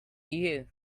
you